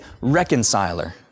reconciler